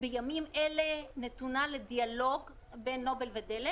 בימים אלה היא נתונה לדיאלוג בין נובל ודלק